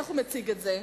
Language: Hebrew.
איך הוא מציג את זה?